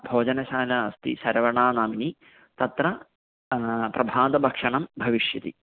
भोजनशाला अस्ति सरवणानाम्नि तत्र प्रभातभक्षणं भविष्यति